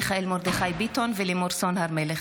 מיכאל מרדכי ביטון ולימור סון הר מלך